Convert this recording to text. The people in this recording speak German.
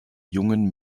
jungen